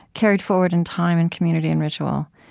carried forward in time and community and ritual